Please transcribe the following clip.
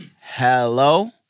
Hello